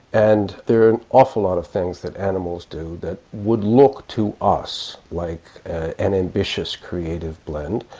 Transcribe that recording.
and there are an awful lot of things that animals do that would look to us like an ambitious, creative blend.